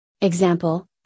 example